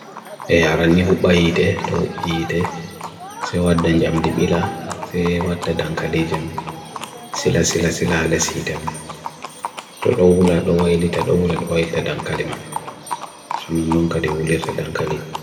E aran ni huk baiite, toubite, se wad dan jam di bila, se wad tadankali jam, sila sila sila ala sitem, to dohula dohula dohula dohula dohula tadankali mam, sonun non kadi ulir tadankali.